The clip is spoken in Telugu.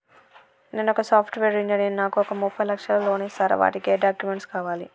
నేను ఒక సాఫ్ట్ వేరు ఇంజనీర్ నాకు ఒక ముప్పై లక్షల లోన్ ఇస్తరా? వాటికి ఏం డాక్యుమెంట్స్ కావాలి?